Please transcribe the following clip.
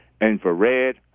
infrared